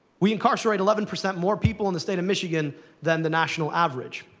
we incarcerate eleven percent more people in the state of michigan than the national average.